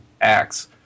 acts